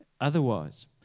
otherwise